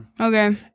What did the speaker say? Okay